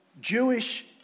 Jewish